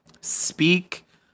speak